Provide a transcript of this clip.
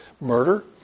murder